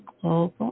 global